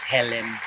Helen